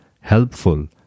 helpful